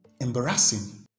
embarrassing